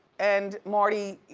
and marty,